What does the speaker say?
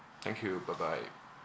thank you bye bye